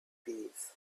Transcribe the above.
peace